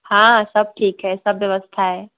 हाँ सब ठीक है सब व्यवस्था है